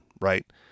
Right